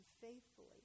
faithfully